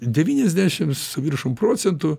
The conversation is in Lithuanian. devyniasdešimt su viršum procentų